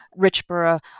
Richborough